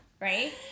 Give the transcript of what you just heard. Right